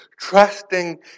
Trusting